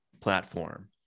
platform